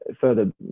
further